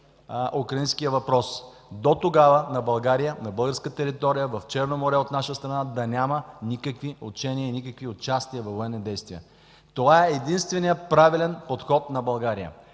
украинският въпрос. Дотогава на България, на българската територия в Черно море от наша страна да няма никакви учения, никакви участия във военни действия. Това е единственият правилен подход на България.